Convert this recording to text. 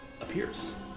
appears